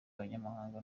abanyamahanga